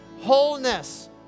wholeness